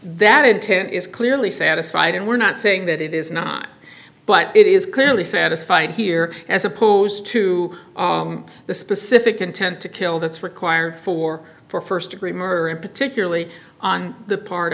that intent is clearly satisfied and we're not saying that it is not but it is clearly satisfied here as opposed to the specific intent to kill that's required for for st degree murder and particularly on the part